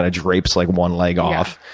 ah drapes like one leg off